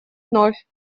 вновь